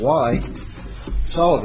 why so